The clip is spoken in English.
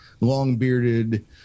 long-bearded